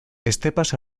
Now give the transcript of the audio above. estepas